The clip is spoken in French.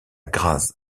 graz